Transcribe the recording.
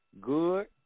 good